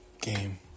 game